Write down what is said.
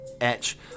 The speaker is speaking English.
etch